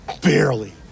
Barely